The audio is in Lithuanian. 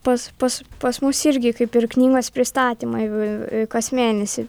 pas mus irgi kaip ir knygos pristatymai kas mėnesį